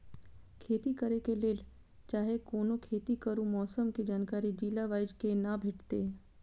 खेती करे के लेल चाहै कोनो खेती करू मौसम के जानकारी जिला वाईज के ना भेटेत?